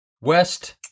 West